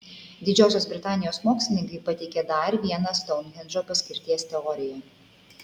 didžiosios britanijos mokslininkai pateikė dar vieną stounhendžo paskirties teoriją